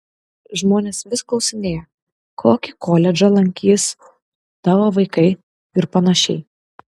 žmonės vis klausinėja kokį koledžą lankys tavo vaikai ir panašiai